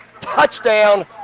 touchdown